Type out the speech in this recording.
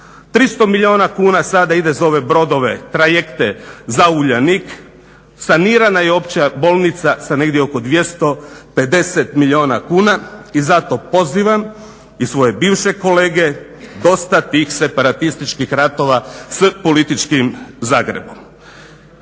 300 milijuna kuna sada ide za ove brodove, trajekte za Uljanik, sanirana je opća bolnica sa negdje oko 250 milijuna kuna i zato pozivam i svoje bivše kolege dosta tih separatističkih ratova s političkim Zagrebom.